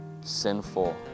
sinful